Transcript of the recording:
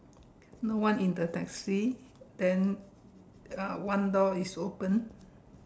no one in the taxi then uh one door is open